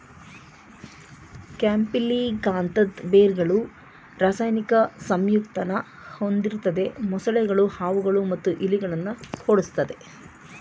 ಕ್ಯಾಂಪಿಲಿಕಾಂತದ್ ಬೇರ್ಗಳು ರಾಸಾಯನಿಕ ಸಂಯುಕ್ತನ ಹೊಂದಿರ್ತದೆ ಮೊಸಳೆಗಳು ಹಾವುಗಳು ಮತ್ತು ಇಲಿಗಳನ್ನ ಓಡಿಸ್ತದೆ